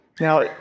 Now